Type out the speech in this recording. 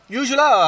usually